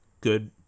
good